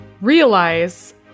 ...realize